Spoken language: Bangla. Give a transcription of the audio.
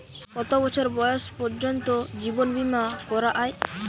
কত বছর বয়স পর্জন্ত জীবন বিমা করা য়ায়?